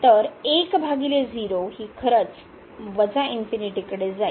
तर 10 ही खरंच ∞ कडे जाईल